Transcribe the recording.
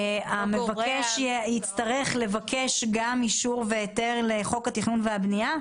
המבקש יצטרך לבקש גם אישור והיתר לחוק התכנון והבנייה?